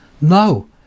No